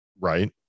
Right